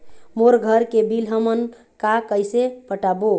मोर घर के बिल हमन का कइसे पटाबो?